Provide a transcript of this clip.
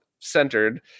Centered